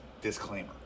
disclaimer